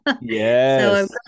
Yes